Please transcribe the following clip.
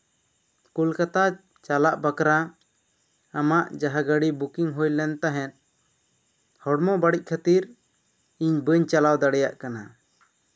ᱠᱳᱞᱠᱟᱛᱟ ᱪᱟᱞᱟᱜ ᱵᱟᱠᱷᱨᱟ ᱟᱢᱟᱜ ᱡᱟᱦᱟᱸ ᱜᱟᱹᱰᱤ ᱵᱩᱠᱤᱝ ᱦᱩᱭᱞᱮᱱ ᱛᱟᱦᱮᱸᱫ ᱦᱚᱲᱢᱚ ᱵᱟᱹᱲᱤᱡ ᱠᱷᱟᱹᱛᱤᱨ ᱤᱧ ᱵᱟᱹᱧ ᱪᱟᱞᱟᱣ ᱫᱟᱲᱮᱭᱟᱜ ᱠᱟᱱᱟ